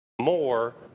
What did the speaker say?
more